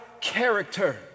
character